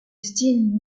style